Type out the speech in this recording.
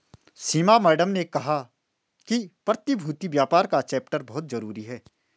सीमा madam ने कहा कि प्रतिभूति व्यापार का चैप्टर बहुत जरूरी है